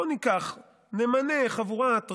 בוא ניקח, נמנה חבורת רמאים,